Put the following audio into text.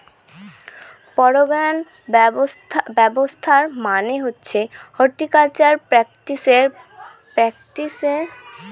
পরাগায়ন ব্যবস্থা মানে হচ্ছে হর্টিকালচারাল প্র্যাকটিসের যেটা ফসলের পরাগায়ন বাড়ায়